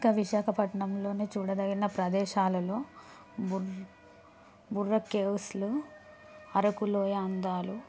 ఇంకా విశాఖపట్నంలోని చూడదగిన ప్రదేశాలలో బర్ బొర్రా కేవ్స్లు అరకులోయ అందాలు